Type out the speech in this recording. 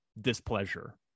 displeasure